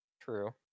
True